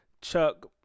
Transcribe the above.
Chuck